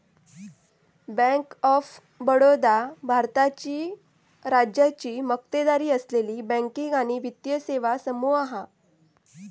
bank of Baroda भारताची राज्याची मक्तेदारी असलेली बँकिंग आणि वित्तीय सेवा समूह हा